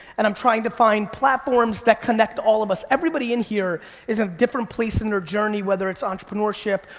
and i'm trying to find platforms that connect all of us, everybody in here is in a different place in their journey, whether it's entrepreneurship,